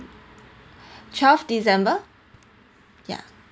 twelve december ya